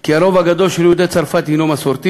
מכך כי הרוב הגדול של יהודי צרפת הוא מסורתי,